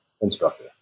instructor